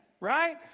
right